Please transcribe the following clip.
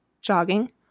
jogging